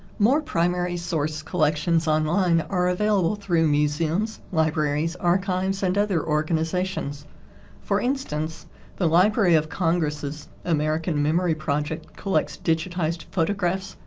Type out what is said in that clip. more primary source collections online are available through museums, libraries, archives and other organizations for instance instance the library of congress' american memory project collects digitized photographs,